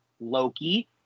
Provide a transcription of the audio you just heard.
Loki